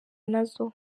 nazo